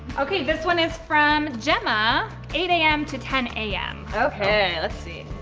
okay, this one is from gemma, eight a m. to ten a m. okay, let's see.